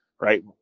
right